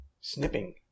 Snipping